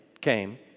came